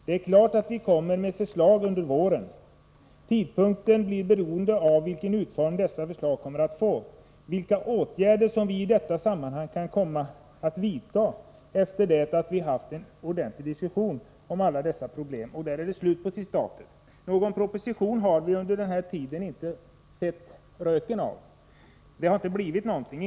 Det är klart att vi kommer med förslag under våren. Tidpunkten blir beroende av vilken utformning dessa förslag kommer att få; vilka åtgärder som vi i detta sammanhang kan komma att vidta efter det att vi haft en ordentlig diskussion om alla dessa problem.” Någon proposition har vi under den här tiden inte sett röken av. Det har inte blivit någonting.